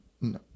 no